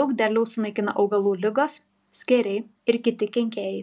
daug derliaus sunaikina augalų ligos skėriai ir kiti kenkėjai